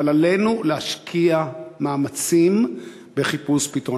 אבל עלינו להשקיע מאמצים בחיפוש פתרון.